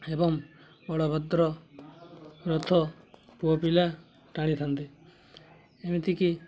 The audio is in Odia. ଏବଂ ବଳଭଦ୍ର ରଥ ପୁଅପିଲା ଟାଣିଥାନ୍ତି ଏମିତିକି